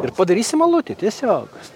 ir padarysim alutį tiesiog